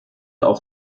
auf